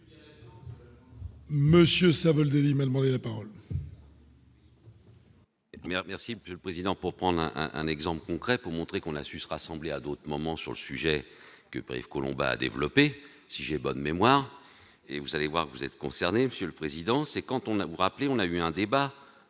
Monsieur Savoldelli m'demandé la parole. Eh bien, merci Monsieur le Président pour prendre un un exemple concret pour montrer qu'on a su se rassembler à d'autres moments sur le sujet que par Yves Collombat développer si j'ai bonne mémoire et vous allez voir que vous êtes concernés, Monsieur le Président, c'est quand on avoue rappeler, on a eu un débat